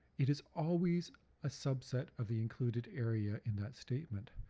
it is always a subset of the included area in that statement.